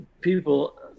people